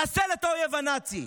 לחסל את האויב הנאצי.